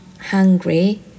hungry